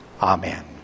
Amen